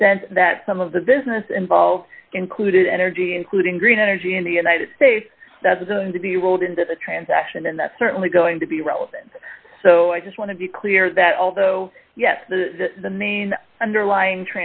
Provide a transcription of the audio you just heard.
extent that some of the business involved included energy including green energy in the united states that's going to be rolled into the transaction and that's certainly going to be relevant so i just want to be clear that although yes the the main underlying